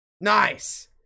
Nice